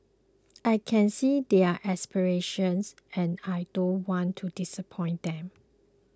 I can see their aspirations and I don't want to disappoint them